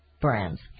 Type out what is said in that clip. Brands